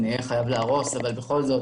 אני אהיה חייב להרוס אבל בכל זאת,